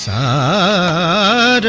aa